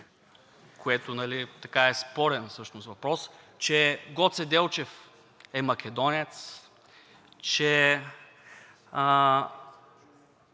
което е спорен въпрос, че Гоце Делчев е македонец, че